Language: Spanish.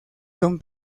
son